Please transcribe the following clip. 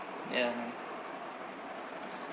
yeah